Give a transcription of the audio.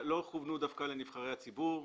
כוונו דווקא לנבחרי הציבור.